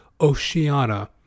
Oceania